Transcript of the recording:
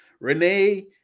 Renee